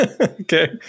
Okay